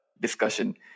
discussion